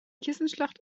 kissenschlacht